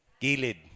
Gilid